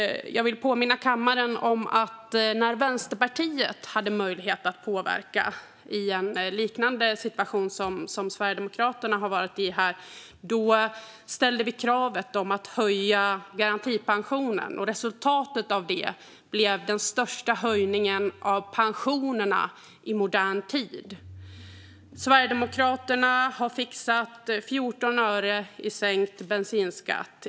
Jag vill påminna kammaren om att vi i Vänsterpartiet hade möjlighet att påverka i en situation som liknade den som Sverigedemokraterna har varit i här. Då ställde vi kravet att garantipensionen skulle höjas. Resultatet av detta blev den största höjningen av pensionerna i modern tid. Sverigedemokraterna har fixat 14 öre i sänkt bensinskatt.